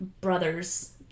brothers